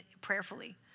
prayerfully